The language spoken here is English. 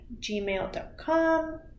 gmail.com